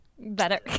better